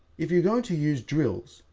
if you're going to use drills,